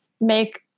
make